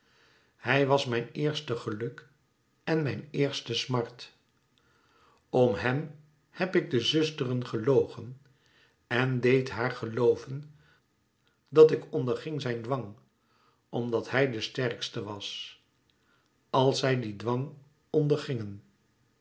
hij was mijn eerste geluk en mijn eerste smart om hem heb ik de zusteren gelogen en deed haar gelooven dat ik onderging zijn dwang omdat hij de sterkste was als zij dien dwang